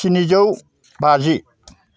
स्निजौ बाजि